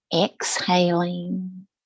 exhaling